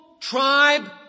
tribe